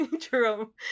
True